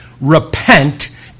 repent